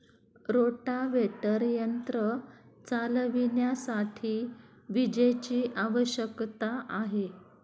rotavator यंत्र चालविण्यासाठी विजेची आवश्यकता आहे